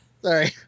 Sorry